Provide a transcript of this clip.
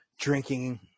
drinking